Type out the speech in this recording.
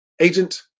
agent